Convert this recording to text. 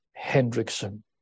Hendrickson